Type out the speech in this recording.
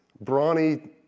brawny